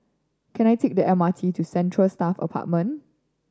can I take the M R T to Central Staff Apartment